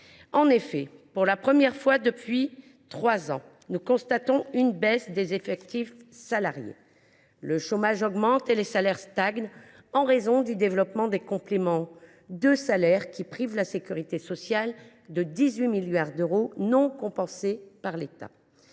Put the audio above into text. structurel. Pour la première fois depuis trois ans, nous constatons une baisse des effectifs salariés. Le chômage augmente et les salaires stagnent en raison du développement des compléments de salaire, qui privent la sécurité sociale de 18 milliards d’euros non compensés par l’État.